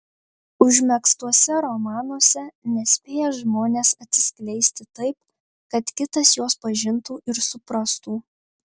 užmegztuose romanuose nespėja žmonės atsiskleisti taip kad kitas juos pažintų ir suprastų